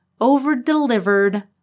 over-delivered